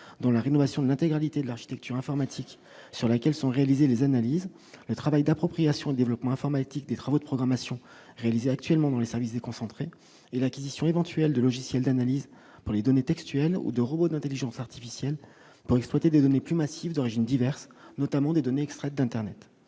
dans la rénovation de l'intégralité de l'architecture informatique sur laquelle sont réalisés les analyses le travail d'appropriation développement informatique des travaux de programmation réalisés actuellement dans les services déconcentrés et l'acquisition éventuelle de logiciels d'analyse dans les données textuelles ou de robots d'Intelligence artificielle pour exploiter des données plus massif d'origines diverses, notamment des données extraites d'Internet